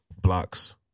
blocks